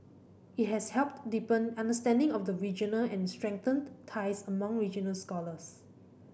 it has helped deepen understanding of the region and strengthened ties among regional scholars